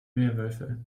werwölfe